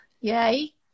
yay